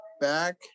back